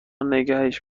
نگهش